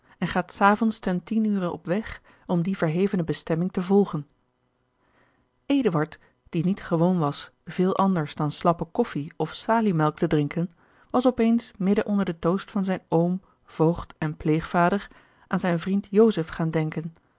en gaat s avonds ten tien ure op weg om die verhevene bestemming te volgen eduard die niet gewoon was veel anders dan slappe koffij of saliemelk te drinken was op eens midden onder den toast van zijn oom voogd en pleegvader aan zijn vriend joseph gaan denken